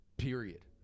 period